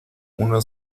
una